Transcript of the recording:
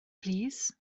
plîs